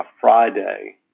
Friday